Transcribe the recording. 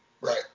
Right